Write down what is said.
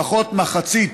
לפחות מחצית